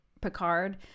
Picard